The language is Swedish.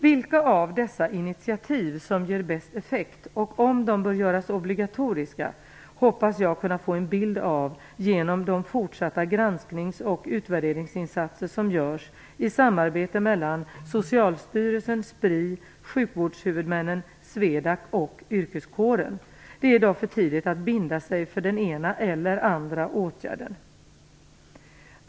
Vilka av dessa initiativ som ger bäst effekt och om de bör göras obligatoriska hoppas jag kunna få en bild av genom de fortsatta gransknings och utvärderingsinsatser som görs i samarbete mellan Socialstyrelsen, SPRI, sjukvårdshuvudmännen, SWEDAC och yrkeskåren. Det är i dag för tidigt att binda sig för den ena eller andra åtgärden.